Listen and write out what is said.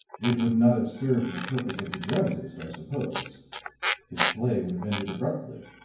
it would not have served the purpose of the dramatist, i suppose his play would have ended abruptly,